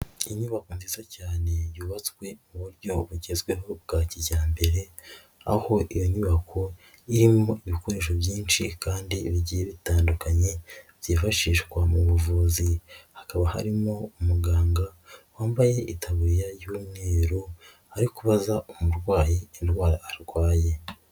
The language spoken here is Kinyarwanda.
Inyubako nziza cyane yubatswe mu buryo bugezweho bwa kijyambere, aho iyo nyubako irimo ibikoresho byinshi kandi ibigiye bitandukanye, byifashishwa mu buvuzi, hakaba harimo umuganga wambaye itaburiya y'umweru, ari kubaza umurwayi indwara arwaye.